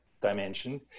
dimension